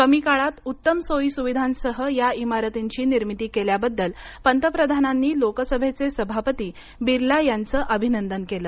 कमी काळात उत्तम सोयीसुविधांसह या इमारतींची निर्मिती केल्याबद्दल पंतप्रधानांनी लोकसभेचे सभापती बिर्ला यांचं अभिनंदन केलं